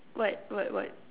what what what